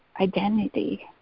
identity